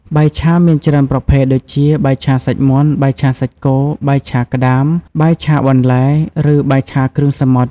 បាយឆា មានច្រើនប្រភេទដូចជា បាយឆាសាច់មាន់ បាយឆាសាច់គោ បាយឆាក្ដាម បាយឆាបន្លែ ឬបាយឆាគ្រឿងសមុទ្រ ។